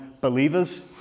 believers